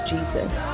Jesus